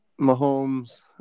Mahomes